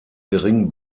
geringen